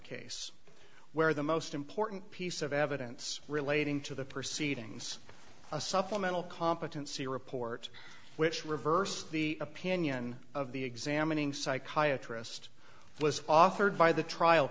case where the most important piece of evidence relating to the proceedings a supplemental competency report which reverse the opinion of the examining psychiatry list was offered by the trial